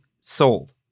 sold